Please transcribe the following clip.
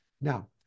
Now